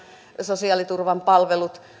sosiaaliturvan palvelut